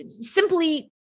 simply